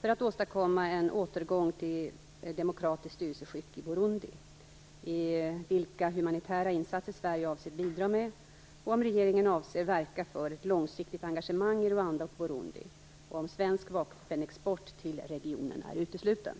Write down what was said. för att åstadkomma en återgång till demokratiskt styrelseskick i Burundi, vilka humanitära insatser Sverige avser bidra med, om regeringen avser verka för ett långsiktigt engagemang i Rwanda och Burundi och om svensk vapenexport till regionen är utesluten.